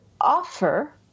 offer